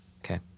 Okay